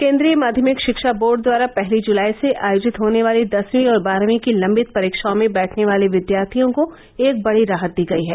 केंद्रीय माध्यमिक शिक्षा बोर्ड द्वारा पहली जुलाई से आयोजित होने वाली दसवीं और बारहवीं की लंबित परीक्षाओं में बैठने वाले विद्यार्थियों को एक बड़ी राहत दी गई है